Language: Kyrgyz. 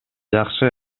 жакшы